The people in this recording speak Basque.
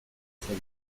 zen